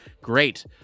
great